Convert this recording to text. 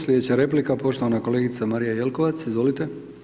Slijedeća replika, poštovana kolegica Marija Jelkovac, izvolite.